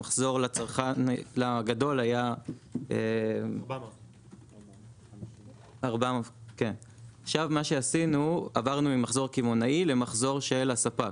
המחזור לגדול היה 400. עברנו ממחזור קמעונאי למחזור של הספק,